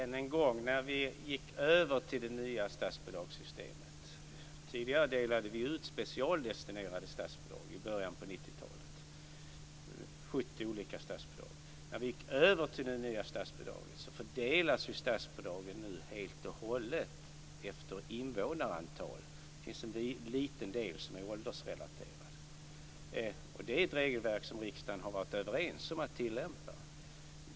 Fru talman! I början av 90-talet delade vi ut specialdestinerade statsbidrag. Det var 70 olika statsbidrag. I och med att vi gick över till det nya statsbidragssystemet fördelas statsbidragen nu nästan helt och hållet efter invånarantal. Det finns en liten del som är åldersrelaterad. Det är ett regelverk som riksdagen har varit överens om att tillämpa.